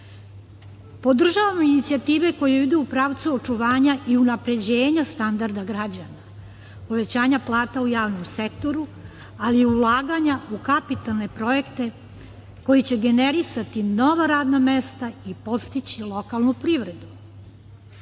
Podržavam inicijative koje idu u pravcu očuvanja i unapređenja standarda građana, povećanja plata u javnom sektoru, ali i ulaganja u kapitalne projekte koji će generisati nova radna mesta i podstići lokalnu